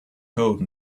code